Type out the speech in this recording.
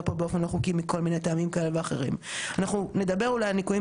אנחנו נדבר אולי על ניכויים בהמשך בהקשר הזה של עובדי סיעוד בעניין הזה,